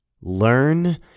Learn